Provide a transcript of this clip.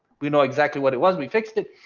we know exactly what it was we fixed it.